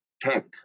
tech